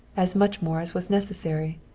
as much more as was necessary.